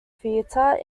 theatre